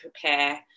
prepare